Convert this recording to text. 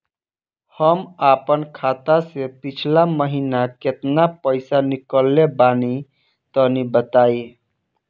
हम आपन खाता से पिछला महीना केतना पईसा निकलने बानि तनि बताईं?